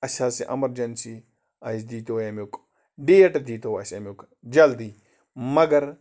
اَسہِ حظ چھِ اٮ۪مَرجَنسی اَسہِ دیٖتو امیُک ڈیٹ دیٖتو اَسہِ امیُک جَلدی مگر